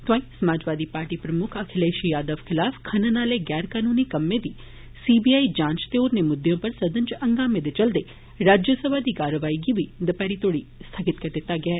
तोआई समाजवादी पार्टी प्रम्क्ख अखिलेश यादव खिलाफ खनन आले गैर कनूनी कम्में दी सी बी आई जांच ते होरने मुदद् उप्पर सदन इच हंगामें दे चलदे राज्यसभा दी कारवाई गी बी दपैहरी तोडी स्थगित करना पेआ